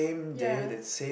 ya